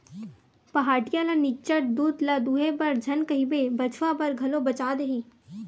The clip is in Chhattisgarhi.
पहाटिया ल निच्चट दूद ल दूहे बर झन कहिबे बछवा बर घलो बचा देही